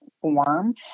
Form